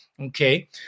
okay